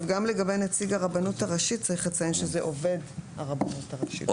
גם לגבי נציג הרבנות הראשית צריך לציין שזה עובד הרבנות הראשית.